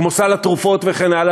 כמו סל התרופות וכן הלאה,